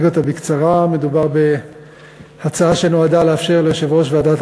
אציג אותה בקצרה: מדובר בהצעה שנועדה לאפשר ליושב-ראש ועדת